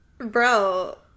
Bro